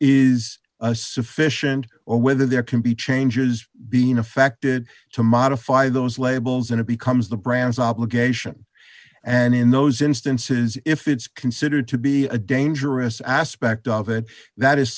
is sufficient or whether there can be changes being affected to modify those labels and it becomes the brands obligation and in those instances if it's considered to be a dangerous aspect of it that is